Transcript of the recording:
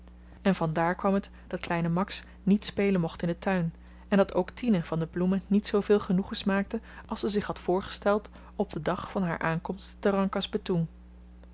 en vandaar kwam het dat kleine max niet spelen mocht in den tuin en dat ook tine van de bloemen niet zooveel genoegen smaakte als ze zich had voorgesteld op den dag van haar aankomst